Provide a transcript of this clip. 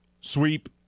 sweep